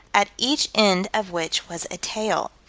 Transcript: at each end of which was a tail.